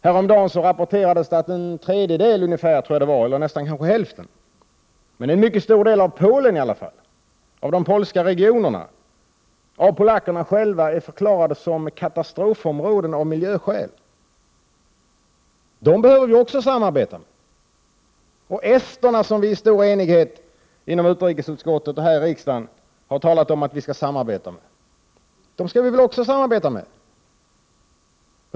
Häromdagen rapporterades att nästan hälften, eller i alla fall en mycket stor del, av de polska regionerna av polackerna själva har förklarats som katastrofområden av miljöskäl. Dem behöver vi också samarbeta med. Vi skall också samarbeta med esterna, såsom vi i stor enighet i utrikesutskottet i riksdagen har sagt.